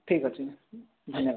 ଠିକ୍ଅଛି ଧନ୍ୟବାଦ